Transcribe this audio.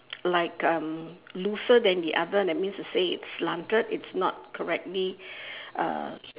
like um looser than the other that means to say it's slanted it's not correctly uh